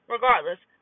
Regardless